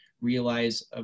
realize